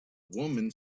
woman